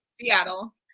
Seattle